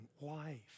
life